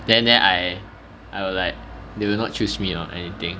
then then I I will like they will not choose me or anything